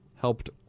helped